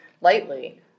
lightly